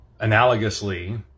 Analogously